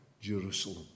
Jerusalem